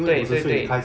对对对